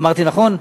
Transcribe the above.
אמרתי נכון?